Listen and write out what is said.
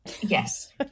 Yes